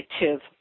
negative